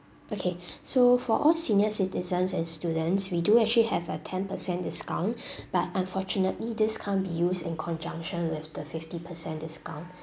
okay so for all senior citizens and students we do actually have a ten percent discount but unfortunately this can't be used in conjunction with the fifty percent discount